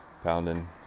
pounding